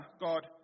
God